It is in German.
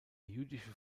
jüdische